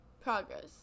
progress